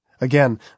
Again